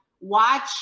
watch